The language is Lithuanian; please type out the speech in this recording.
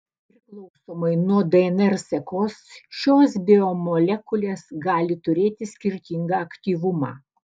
priklausomai nuo dnr sekos šios biomolekulės gali turėti skirtingą aktyvumą